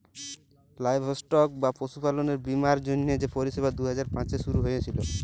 livestock বা পশুপাললের বীমার জ্যনহে যে পরিষেবা দু হাজার পাঁচে শুরু হঁইয়েছিল